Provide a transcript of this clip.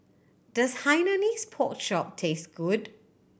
does Hainanese Pork Chop taste good